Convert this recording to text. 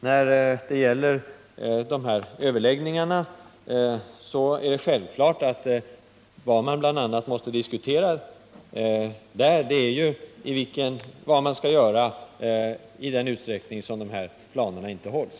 När det gäller överläggningarna är det självklart att man bl.a. måste diskutera vad man skall göra i den mån planerna inte hålls.